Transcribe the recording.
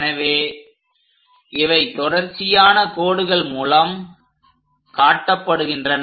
எனவே இவை தொடர்ச்சியான கோடுகள் மூலம் காட்டப்படுகின்றது